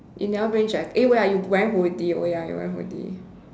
you never bring jacket eh where are you wearing hoodie oh ya you're wearing hoodie